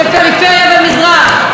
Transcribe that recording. של פריפריה ומזרח,